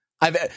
I've-